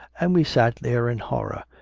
and we sat there in horror,